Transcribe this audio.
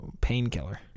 Painkiller